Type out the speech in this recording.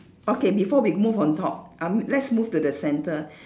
okay before we move on top um let's move to the centre